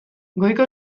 goiko